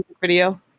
video